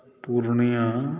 Purnia